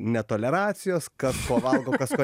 netoleracijos kas ko valgo kas ko